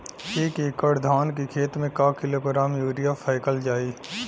एक एकड़ धान के खेत में क किलोग्राम यूरिया फैकल जाई?